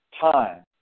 time